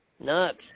Nuts